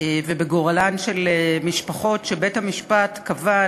ובגורלן של משפחות שבית-המשפט קבע,